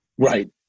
Right